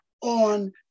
on